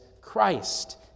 Christ